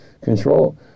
control